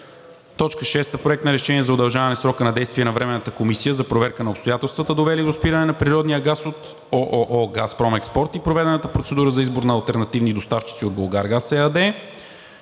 6. Проект на решение за удължаване срока на действие на Временната комисия за проверка на обстоятелствата, довели до спиране на природния газ от ООО „Газпром експорт“, и проведената процедура за избор на алтернативни доставчици от „Булгаргаз“ – ЕАД.